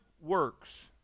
works